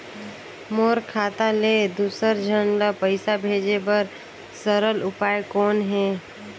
मोर खाता ले दुसर झन ल पईसा भेजे बर सरल उपाय कौन हे?